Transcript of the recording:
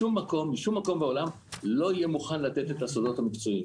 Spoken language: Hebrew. בשום מקום בעולם לא יהיה מוכן לתת את הסודות המקצועיים.